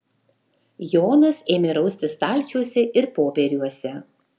jonas ėmė raustis stalčiuose ir popieriuose